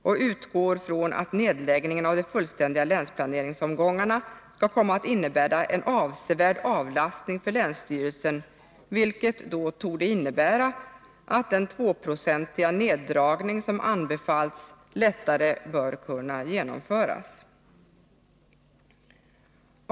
Man utgår från att nedläggningen av de fullständiga länsplaneringsomgångarna skall komma att innebära en avsevärd avlastning för länsstyrelsen, vilket torde innebära att den tvåprocentiga neddragning som anbefallts lättare bör kunna genomföras.